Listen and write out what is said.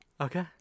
Okay